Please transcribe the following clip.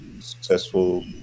Successful